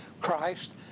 Christ